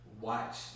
watch